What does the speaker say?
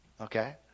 okay